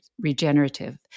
regenerative